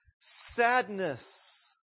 sadness